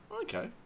Okay